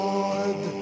Lord